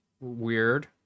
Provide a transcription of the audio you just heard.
weird